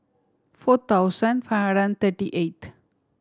four thousand five hundred thirty eight